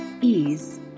ease